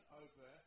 over